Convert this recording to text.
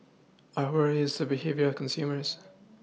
our worry is the behaviour of consumers